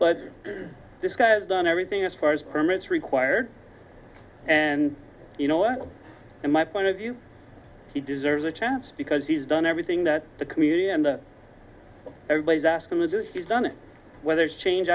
but this guy has done everything as far as permits required and you know what my point of view he deserves a chance because he's done everything that the community and everybody is asking which is he's done it whether it's change